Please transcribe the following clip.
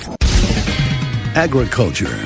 Agriculture